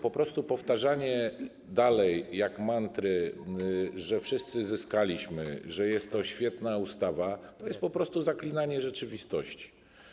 Po prostu powtarzanie dalej jak mantry, że wszyscy zyskaliśmy, że jest to świetna ustawa, to jest po prostu zaklinanie rzeczywistości.